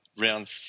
round